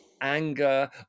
anger